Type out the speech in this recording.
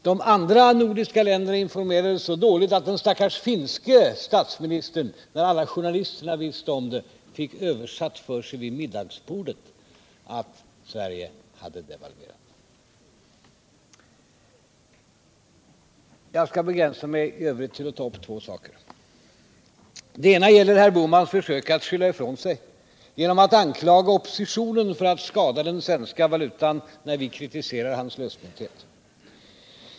De nordiska länderna informerades så dåligt, att den stackars finske statsministern — efter det att alla journalister visste om det — vid middagsbordet fick översatt för sig Jag skall i övrigt begränsa mig till att ta upp två frågor. Den ena gäller herr Bohmans försök att skylla ifrån sig genom att anklaga oppositionen för att skada den svenska valutan, när vi kritiserar hans lösmynthet.